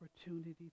opportunity